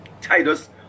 Titus